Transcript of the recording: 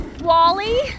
Wally